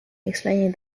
explaining